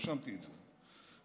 רשמתי את זה,